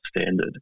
standard